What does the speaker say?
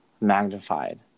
magnified